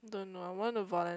don't know I want to volun~